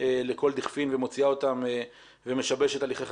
לכל דכפין ומוציאה אותם ומשבשת הליכי חקירה.